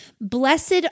Blessed